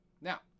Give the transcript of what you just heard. Now